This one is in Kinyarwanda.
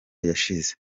yashize